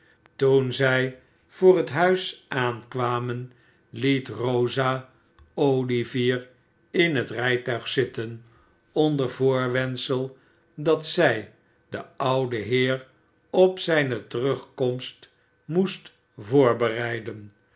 toen zij voor het huis aankwamen liet rosa olivier in het rijtuig zitten onder voorwendsel dat zij den ouden heer op zijne terugkomst moest voorbereiden